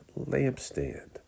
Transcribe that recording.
lampstand